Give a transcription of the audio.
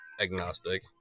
Agnostic